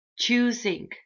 choosing